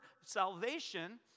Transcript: salvation